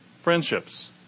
friendships